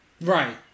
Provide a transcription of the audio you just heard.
Right